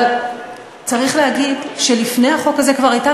אבל צריך להגיד שלפני החוק הזה כבר הייתה